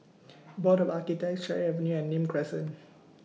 Board of Architects Cherry Avenue and Nim Crescent